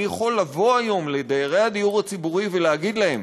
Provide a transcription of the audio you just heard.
אני יכול לבוא היום לדיירי הדיור הציבורי ולהגיד להם: